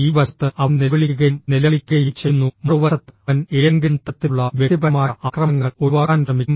ഈ വശത്ത് അവൻ നിലവിളിക്കുകയും നിലവിളിക്കുകയും ചെയ്യുന്നു മറുവശത്ത് അവൻ ഏതെങ്കിലും തരത്തിലുള്ള വ്യക്തിപരമായ ആക്രമണങ്ങൾ ഒഴിവാക്കാൻ ശ്രമിക്കും